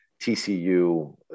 TCU